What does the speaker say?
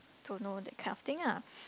to know that kind of thing lah